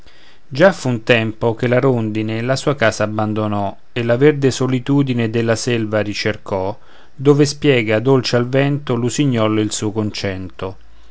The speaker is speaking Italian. già fu un tempo che la rondine la sua casa abbandonò e la verde solitudine della selva ricercò dove spiega dolce al vento l'usignol il suo concento